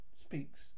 speaks